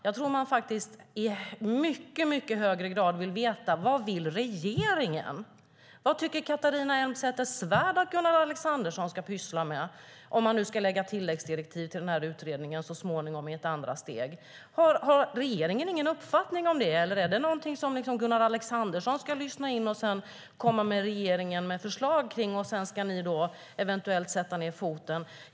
Jag tror faktiskt att man i mycket högre grad vill veta vad regeringen vill. Vad tycker Catharina Elmsäter-Svärd att Gunnar Alexandersson ska syssla med om man nu ska lägga tilläggsdirektiv till utredningen så småningom, i ett andra steg? Har regeringen ingen uppfattning om det? Är det någonting Gunnar Alexandersson ska lyssna in och komma med förslag kring till regeringen, och sedan ska ni eventuellt sätta ned foten?